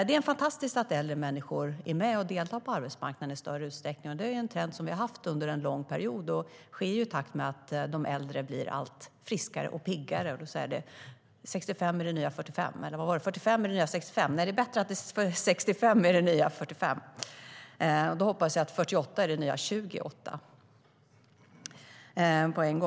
Det är fantastiskt att äldre människor är med och deltar i större utsträckning på arbetsmarknaden. Den är en trend som vi har haft under en lång period, och den ökar ju i takt med att de äldre blir allt friskare och piggare, alltså: 65 år är det nya 45 år. Och då hoppas jag att 48 är det nya 28.